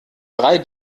drei